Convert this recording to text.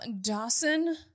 Dawson